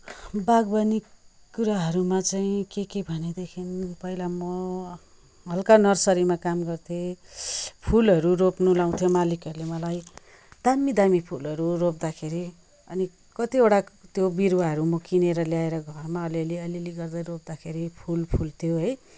बागवनी कुराहरूमा चाहिँ के के भनेदेखि पहिला म हलका नर्सरीमा काम गर्थेँ फुलहरू रोप्न लाउँथ्यो मालिकहरूले मलाई दामी दामी फुलहरू रोप्दाखेरि अनि कतिवटा त्यो बिरूवाहरू म किनेर ल्याएर घरमा अलिअलि अलिअलि गर्दै रोप्दाखेरि फुल फुल्थ्यो है